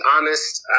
honest